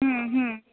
হুম হুম